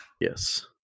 Yes